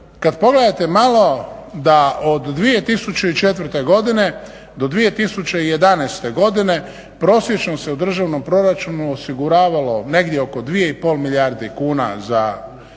kad pogledate malo da od 2004. godine do 2011. godine prosječno se u državnom proračunu osiguravalo negdje oko 2 i pol milijardi kuna za Hrvatske